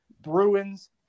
Bruins